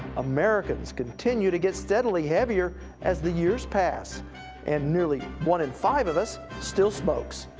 americans continue to get steadily heavier as the years pass and nearly one in five of us still smoke. so